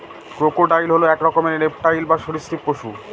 crocodile হল এক রকমের রেপ্টাইল বা সরীসৃপ পশু